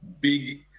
big